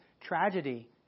tragedy